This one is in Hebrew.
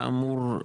כאמור,